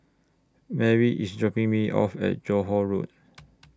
Marry IS dropping Me off At Johore Road